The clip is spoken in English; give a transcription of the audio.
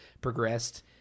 progressed